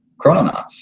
Chrononauts